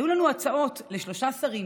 היו לנו הצעות לשלושה שרים: